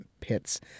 pits